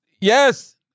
yes